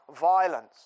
violence